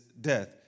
death